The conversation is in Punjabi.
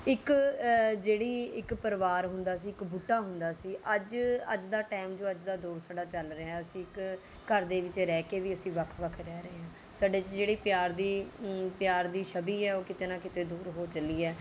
ਇੱਕ ਜਿਹੜੀ ਇੱਕ ਪਰਿਵਾਰ ਹੁੰਦਾ ਸੀ ਇੱਕ ਬੂਟਾ ਹੁੰਦਾ ਸੀ ਅੱਜ ਅੱਜ ਦਾ ਟੈਮ ਜੋ ਅੱਜ ਦਾ ਦੋਰ ਸਾਡਾ ਚੱਲ ਰਿਹਾ ਅਸੀਂ ਇੱਕ ਘਰ ਦੇ ਵਿੱਚ ਰਹਿ ਕੇ ਵੀ ਅਸੀਂ ਵੱਖ ਵੱਖ ਰਹਿ ਰਹੇ ਹਾਂ ਸਾਡੇ 'ਚ ਜਿਹੜੀ ਪਿਆਰ ਦੀ ਪਿਆਰ ਦੀ ਛਵੀ ਹੈ ਉਹ ਕਿਤੇ ਨਾ ਕਿਤੇ ਦੂਰ ਹੋ ਚੱਲੀ ਹੈ